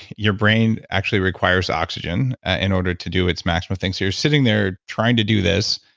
your brain actually requires oxygen in order to do its maximal things. you're sitting there trying to do this.